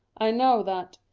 i knowe that,